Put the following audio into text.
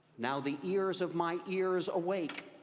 now, the ears of my ears awake,